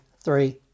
three